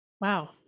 wow